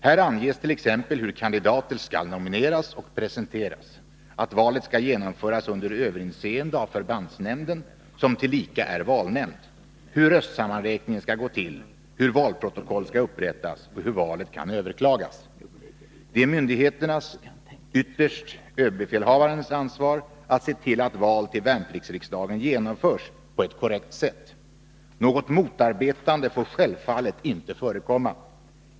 Här anges t.ex. hur kandidater skall nomineras och presenteras, att valet skall genomföras under överinseende av förbandsnämnden som tillika är valnämnd, hur röstsammanräkning skall gå till, hur valprotokoll skall upprättas och hur valet kan överklagas. Det är myndigheternas, ytterst ÖB:s, ansvar att se till att val till värnpliktsriksdagen genomförs på ett korrekt sätt. Något motarbetande får självfallet inte förekomma.